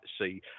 see